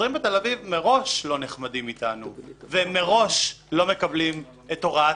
השוטרים בתל-אביב מראש לא נחמדים איתנו ומראש לא מקבלים את הוראת